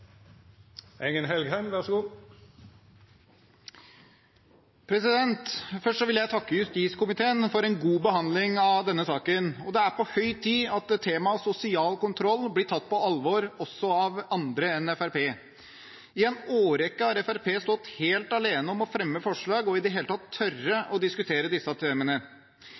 på høy tid at temaet sosial kontroll blir tatt på alvor også av andre enn Fremskrittspartiet. I en årrekke har Fremskrittspartiet stått helt alene om å fremme forslag og i det hele tatt tørre å diskutere disse temaene.